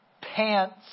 pants